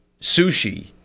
sushi